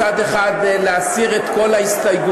מצד אחד להסיר את כל ההסתייגויות,